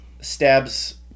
stabs